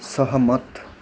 सहमत